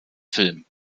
film